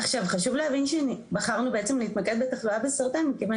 עכשיו חשוב להבין שבחרנו בעצם להתמקד בתחלואה בסרטן מכיוון